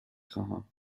خواهم